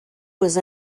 was